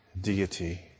deity